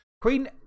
Queen